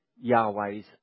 Yahweh's